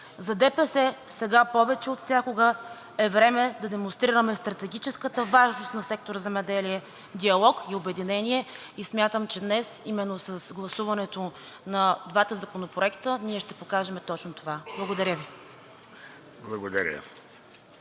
За ДПС сега повече отвсякога е време да демонстрираме стратегическата важност на сектор „Земеделие“, диалог и обединение и смятам, че днес именно с гласуването на двата законопроекта, ние ще покажем точно това. Благодаря Ви.